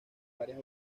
varias